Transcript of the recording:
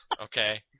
Okay